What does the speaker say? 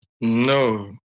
No